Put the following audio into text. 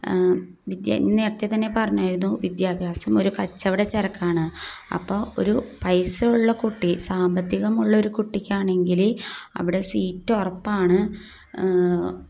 വിദ്യ ഇന്ന് നേരത്തെതന്നെ പറഞ്ഞിരുന്നു വിദ്യാഭ്യാസം ഒരു കച്ചവടച്ചരക്കാണ് അപ്പോൾ ഒരു പൈസ ഉള്ള കുട്ടി സാമ്പത്തികമുള്ളൊരു കുട്ടിക്കാണെങ്കിൽ അവിടെ സീറ്റ് ഉറപ്പാണ്